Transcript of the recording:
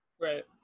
Right